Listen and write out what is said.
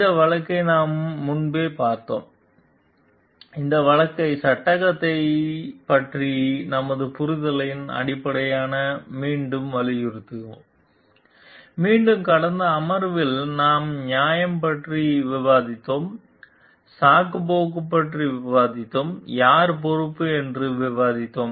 இந்த வழக்கை நாம் முன்பே விவாதித்தோம் இந்த வழக்கை சங்கடத்தைப் பற்றிய நமது புரிதலின் அடிப்படையில் மீண்டும் வலியுறுத்துவோம் மீண்டும் கடந்த அமர்வில் நாம் நியாயம் பற்றி விவாதித்தோம் சாக்குப்போக்கு பற்றி விவாதித்தோம் யார் பொறுப்பு என்று விவாதித்தோம்